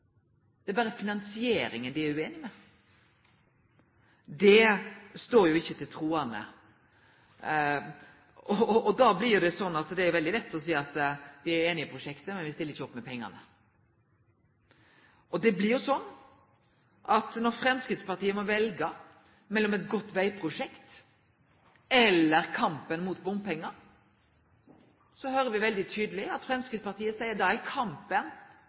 det er berre finansieringa dei er ueinige i. Det står jo ikkje til truande. Det er veldig lett å seie: Me er einige i prosjektet, men me stiller ikkje opp med pengane. Når Framstegspartiet må velje mellom eit godt vegprosjekt og kampen mot bompengar, høyrer me veldig tydeleg at Framstegspartiet meiner at kampen mot bompengar er viktigare enn å få gjennom gode vegprosjekt. Det er eit tydeleg signal til Buskerud i